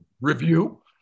review